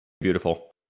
Beautiful